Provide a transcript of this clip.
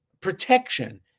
protection